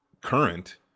current